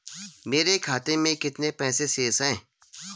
मेरे खाते में कितने पैसे शेष हैं?